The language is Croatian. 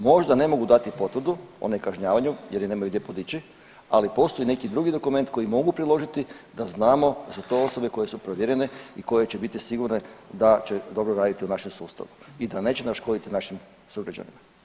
Možda ne mogu dati potvrdu o nekažnjavanju jer je nemaju gdje podići, ali postoji neki drugi dokument koji mogu priložiti da znamo da su to osobe koje su provjerene i koje će biti sigurne da će dobro raditi u našem sustavu i da neće naškoditi našim sugrađanima.